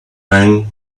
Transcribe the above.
rang